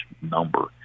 number